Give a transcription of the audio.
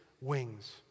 wings